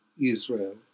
Israel